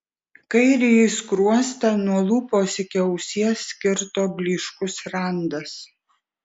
kairįjį skruostą nuo lūpos iki ausies kirto blyškus randas